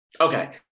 Okay